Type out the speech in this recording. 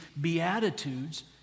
beatitudes